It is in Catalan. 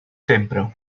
sempre